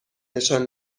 نشان